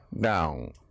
down